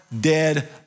dead